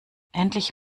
endlich